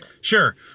Sure